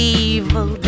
evil